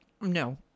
no